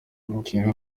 abakinnyi